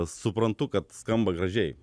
suprantu kad skamba gražiai